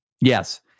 Yes